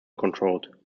controlled